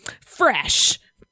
fresh